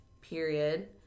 period